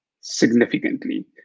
significantly